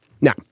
Now